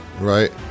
right